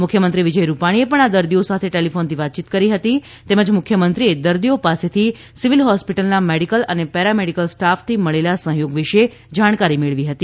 મુખ્યમંત્રી વિજય રૂપાણીએ પણ આ દર્દીઓ સાથે ટેલિફોનથી વાતચીત કરી હતી તેમજ મુખ્યમંત્રીએ દર્દીઓ પાસેથી સિવિલ હોસ્પિટલના મેડીકલ અને પેરામેડિકલ સ્ટાફથી મળેલા સહયોગ વિશે જાણકારી મેળવી હતી